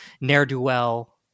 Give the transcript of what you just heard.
ne'er-do-well